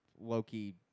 Loki